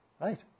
Right